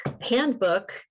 handbook